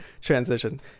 transition